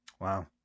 wow